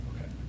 Okay